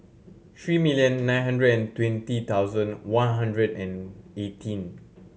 three million nine hundred and twenty thousand one hundred and eighteen